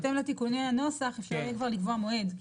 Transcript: בהתאם לתיקוני הנוסח אפשר יהיה כבר לקבוע מועד.